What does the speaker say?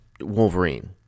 Wolverine